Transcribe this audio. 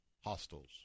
hostels